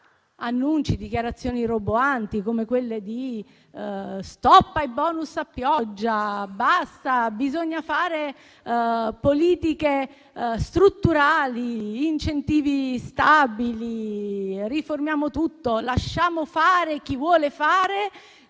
Annunci, dichiarazioni roboanti, come: "stop ai *bonus* a pioggia", "basta, bisogna fare politiche strutturali ed incentivi stabili", "riformiamo tutto, lasciamo fare chi vuole fare"